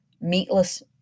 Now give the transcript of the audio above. meatless